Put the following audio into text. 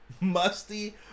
musty